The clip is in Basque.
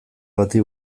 bati